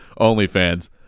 OnlyFans